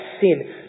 sin